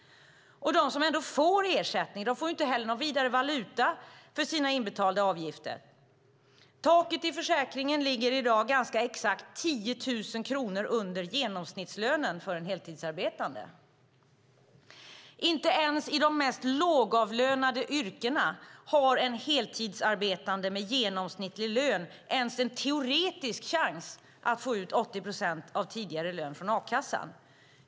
Och de som ändå får ersättning får inte någon vidare valuta för sina inbetalda avgifter. Taket i försäkringen ligger i dag ganska exakt 10 000 kronor under genomsnittslönen för en heltidsarbetande. Inte ens i de mest lågavlönade yrkena har en heltidsarbetande med genomsnittlig lön en teoretisk chans att få ut 80 procent av tidigare lön från a-kassan.